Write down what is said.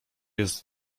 jest